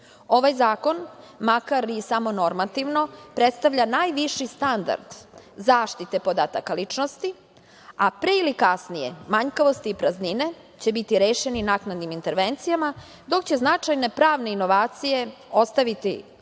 ovaj zakon makar i samo normativno predstavlja najviši standard zaštite podataka ličnosti, a pre ili kasnije manjkavosti i praznine će biti rešene naknadnim intervencijama, dok će značajne pravne inovacije ostati